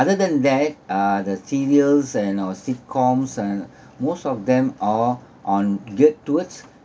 other than that uh the serials and or sitcoms and most of them are on geared towards